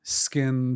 skin